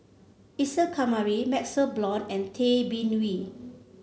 Isa Kamari MaxLe Blond and Tay Bin Wee